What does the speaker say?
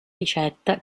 ricetta